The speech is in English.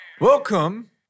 Welcome